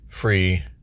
free